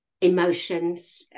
emotions